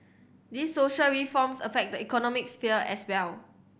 these social reforms affect the economic sphere as well